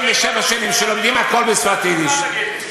67 שנים, שלומדים הכול בשפת היידיש.